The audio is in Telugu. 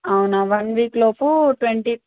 అవునా వన్ వీక్ లోపు ట్వంటీ